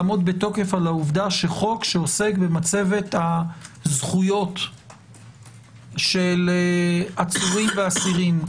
לעמוד בתוקף על העובדה שחוק שעוסק במצבת הזכויות של עצורים ואסירים,